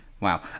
Wow